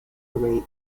rate